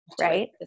right